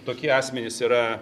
tokie asmenys yra